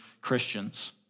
Christians